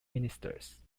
ministers